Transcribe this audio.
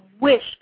wish